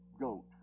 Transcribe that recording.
goat